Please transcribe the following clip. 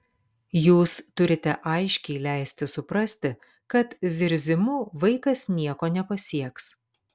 jūs turite aiškiai leisti suprasti kad zirzimu vaikas nieko nepasieks